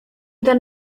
ten